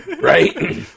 Right